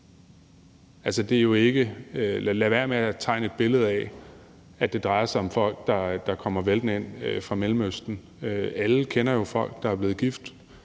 lad være med at tegne et billede af, at det drejer sig om folk, der kommer væltende ind fra Mellemøsten. Alle kender jo folk, der er blevet gift